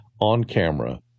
on-camera